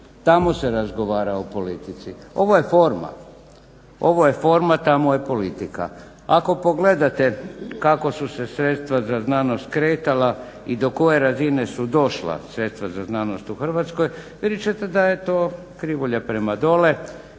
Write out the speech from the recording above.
tamo se razgovara o politici, ovo je forma, ovo je forma tamo je politika. Ako pogledate kako su se sredstva za znanost kretala i do koje razine su došla sredstva za znanost u Hrvatskoj vidjet ćete da je to krivulja prema dole